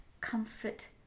comfort